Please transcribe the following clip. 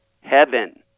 heaven